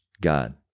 God